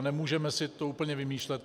Nemůžeme si to úplně vymýšlet.